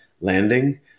landing